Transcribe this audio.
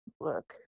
look